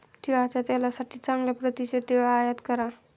तिळाच्या तेलासाठी चांगल्या प्रतीचे तीळ आयात करा